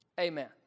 Amen